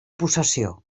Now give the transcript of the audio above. possessió